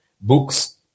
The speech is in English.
books